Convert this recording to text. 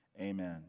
Amen